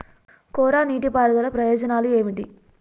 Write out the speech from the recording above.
కోరా నీటి పారుదల ప్రయోజనాలు ఏమిటి?